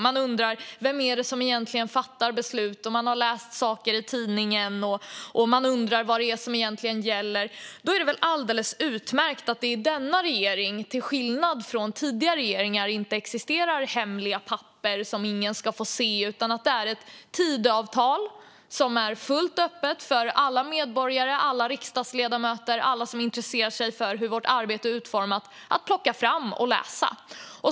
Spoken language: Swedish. Man undrar vem det egentligen är som fattar beslut, man har läst saker i tidningen och man undrar vad det är som egentligen gäller. Då är det väl alldeles utmärkt att det i denna regering, till skillnad från tidigare regeringar, inte existerar hemliga papper som ingen ska få se. Utan det är ett Tidöavtal som är fullt öppet för alla medborgare, för alla riksdagsledamöter och för alla som intresserar sig för hur vårt arbete är utformat att plocka fram och läsa.